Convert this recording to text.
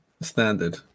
standard